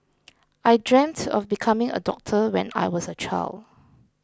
I dreamt of becoming a doctor when I was a child